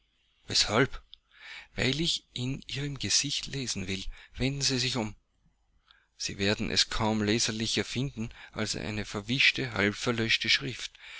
weshalb weil ich in ihrem gesicht lesen will wenden sie sich um sie werden es kaum leserlicher finden als eine verwischte halbverlöschte schrift